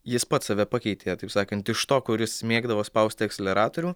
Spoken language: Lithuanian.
jis pats save pakeitė taip sakant iš to kuris mėgdavo spausti akceleratorių